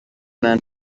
man